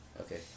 Okay